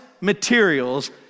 materials